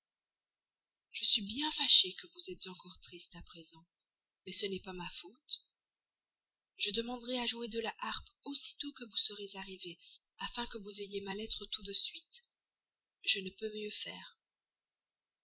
je suis bien fâchée que vous êtes encore triste à présent mais ce n'est pas ma faute je demanderai à jouer de la harpe aussitôt que vous serez arrivé afin que vous ayez ma lettre tout de suite je ne peux pas mieux faire